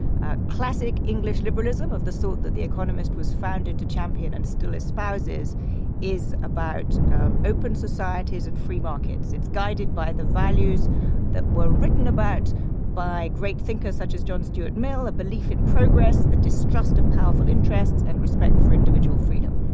ah classic english liberalism of the sort that the economist was founded to champion and still espouses is about open societies and free markets. it's guided by the values that were written about by great thinkers such as john stuart mill, a belief in progress, a distrust of powerful interests and respect for individual freedom.